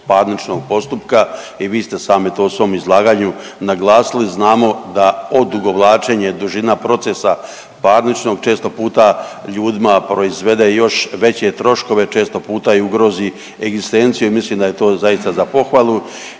parničnog postupka. I vi ste sami to u svom izlaganju naglasili. Znamo da odugovlačenje, dužina procesa parničnog često puta ljudima proizvede još veće troškove, često puta i ugrozi egzistenciju i mislim da je to zaista za pohvalu.